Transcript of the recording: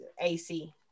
AC